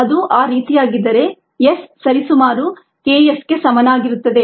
ಅದು ಆ ರೀತಿಯಾಗಿದ್ದರೆ S ಸರಿಸುಮಾರು K s ಗೆ ಸಮಾನಾಗಿರುತ್ತದೆ